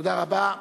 תודה רבה.